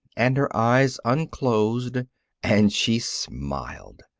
and her eyes unclosed and she smiled.